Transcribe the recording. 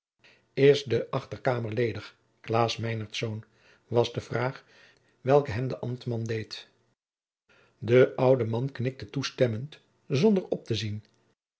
is de achterkamer ledig klaas meinertz was de vraag welke hem de ambtman deed de oude man knikte toestemmend zonder op te zien